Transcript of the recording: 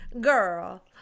girl